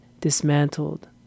dismantled